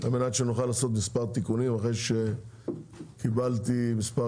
על מנת שנוכל לעשות מספר תיקונים אחרי שקיבלתי מספר